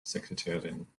sekretärin